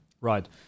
right